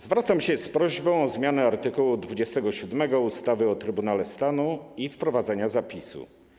Zwracam się z prośbą o zmianę art. 27 ustawy o Trybunale Stanu i wprowadzenie zapisu: